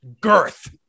girth